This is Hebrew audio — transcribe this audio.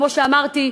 וכמו שאמרתי,